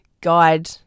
guide